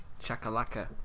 Chakalaka